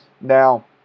now